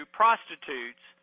prostitutes